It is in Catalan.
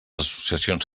associacions